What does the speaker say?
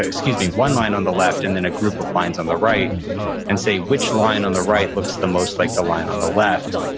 ah excuse me, one line on the left and then a group of lines on the right and say, which line on the right looks the most like the line on the left?